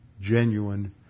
genuine